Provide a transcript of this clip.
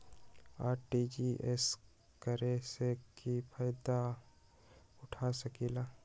RTGS करे से की फायदा उठा सकीला?